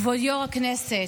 כבוד יו"ר הישיבה,